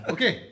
Okay